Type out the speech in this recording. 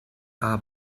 are